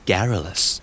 Garrulous